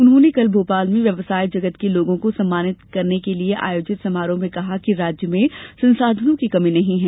उन्होंने कल भोपाल में व्यवसाय जगत के लोगों को सम्मानित करने के लिए आयोजित समारोह में कहा कि राज्य संसाधनों की कमी नहीं है